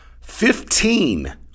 Fifteen